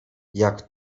jak